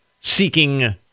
seeking